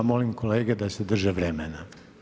A molim kolege da se drže vremena.